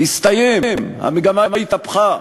הסתיים, המגמה התהפכה.